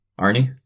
Arnie